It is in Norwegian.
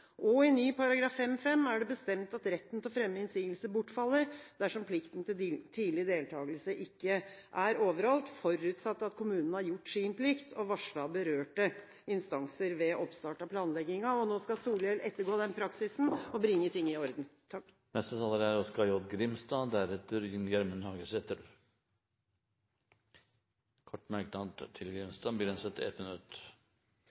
og i ny § 5-5 er det bestemt at retten til å fremme innsigelser bortfaller dersom plikten til tidlig deltakelse ikke er overholdt – forutsatt at kommunen har gjort sin plikt og varslet berørte instanser ved oppstart av planleggingen. Nå skal Solhjell ettergå den praksisen og bringe ting i orden. Representanten Oskar J. Grimstad har hatt ordet to ganger tidligere og får ordet til en kort merknad, begrenset til